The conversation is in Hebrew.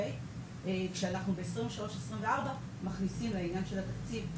כשאנחנו ב-2023-2024 מכניסים לעניין של התקציב,